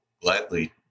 gladly